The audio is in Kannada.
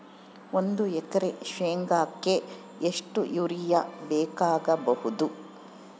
ಒಂದು ಎಕರೆ ಶೆಂಗಕ್ಕೆ ಎಷ್ಟು ಯೂರಿಯಾ ಬೇಕಾಗಬಹುದು?